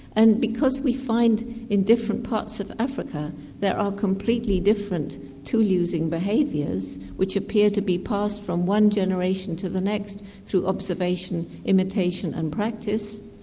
and because we find in different parts of africa there are completely different tool-using behaviours which appear to be passed from one generation to the next through observation, imitation and practice,